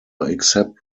except